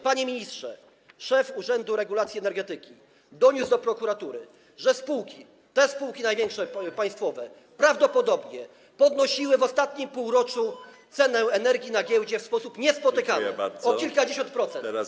Panie ministrze, szef Urzędu Regulacji Energetyki doniósł do prokuratury, że spółki, te największe spółki państwowe, prawdopodobnie podnosiły w ostatnim półroczu cenę energii na giełdzie w sposób niespotykany, tj. o kilkadziesiąt procent.